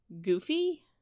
goofy